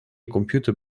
computer